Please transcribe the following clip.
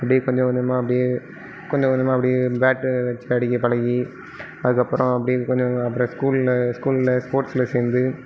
அப்படியே கொஞ்சம் கொஞ்சமாக அப்படியே கொஞ்சம் கொஞ்சமாக அப்படியே பேட்டை வச்சு அடிக்க பழகி அதுக்கப்புறம் அப்படியே கொஞ்சம் கொஞ்சமாம் அப்புறம் ஸ்கூலில் ஸ்கூலில் ஸ்போர்ட்ஸில் சேர்ந்து